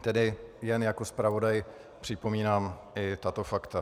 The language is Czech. Tedy jen jako zpravodaj připomínám i tato fakta.